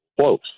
close